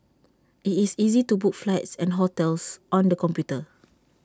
IT is is easy to book flights and hotels on the computer